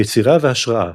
יצירה והשראה